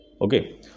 Okay